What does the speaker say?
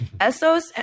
Essos